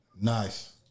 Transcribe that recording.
Nice